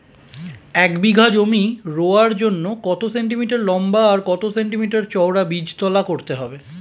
এক বিঘা জমি রোয়ার জন্য কত সেন্টিমিটার লম্বা আর কত সেন্টিমিটার চওড়া বীজতলা করতে হবে?